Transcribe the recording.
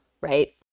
right